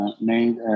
made